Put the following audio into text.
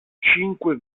cinque